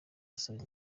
asaba